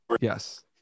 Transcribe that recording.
yes